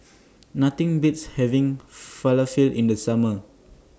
Nothing Beats having Falafel in The Summer